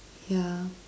ya